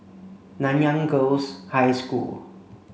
Nanyang Girls' High School